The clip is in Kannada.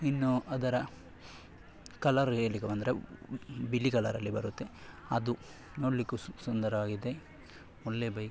ಇನ್ನು ಅದರ ಕಲರ್ ಹೇಳ್ಲಿಕ್ಕೆ ಬಂದರೆ ಬಿಳಿ ಕಲರಲ್ಲಿ ಬರುತ್ತೆ ಅದು ನೋಡಲಿಕ್ಕೂ ಸುಂದರವಾಗಿದೆ ಒಳ್ಳೆಯ ಬೈಕು